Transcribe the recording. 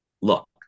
Look